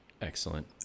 Excellent